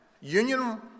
Union